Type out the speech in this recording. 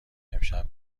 امشب